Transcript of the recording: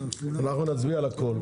נצביע על הכול,